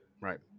Right